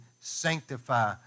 sanctify